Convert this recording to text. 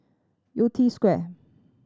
Yew Tee Square